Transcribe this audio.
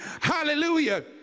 Hallelujah